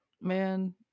man